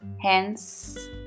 Hence